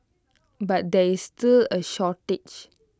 but there is still A shortage